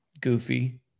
goofy